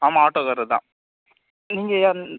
ஆமாம் ஆட்டோக்காரர் தான் நீங்கள் யாருங்க